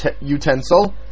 utensil